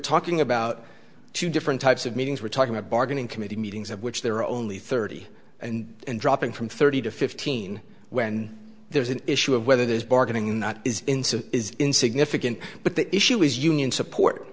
talking about two different types of meetings we're talking a bargain in committee meetings of which there are only thirty and and dropping from thirty to fifteen when there's an issue of whether there's bargaining not in some is insignificant but the issue is union support